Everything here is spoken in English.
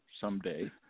someday